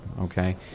okay